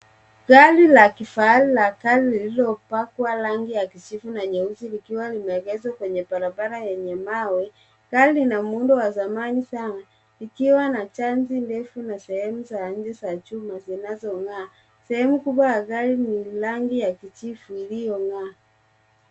Gari la kifahari la kale lililopakwa rangi ya kijivu na nyeusi likiwa limeegeshwa kwenye barabara yenye mawe. Gari lina muundo wa zamani sana likiwa na chansi ndefu na sehemu za nje za chuma zinazong'aa. Sehemu kubwa ya gari ni rangi ya kijivu iliyong'aa.